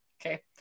Okay